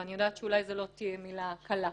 ואני יודעת שאולי זו לא תהיה מילה קלה.